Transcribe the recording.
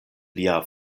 lia